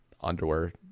underwear